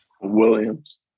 Williams